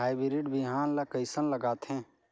Hybrid बिहान ला कइसन लगाथे?